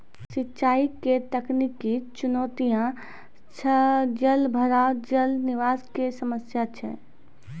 सिंचाई के तकनीकी चुनौतियां छै जलभराव, जल निकासी के समस्या छै